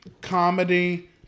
Comedy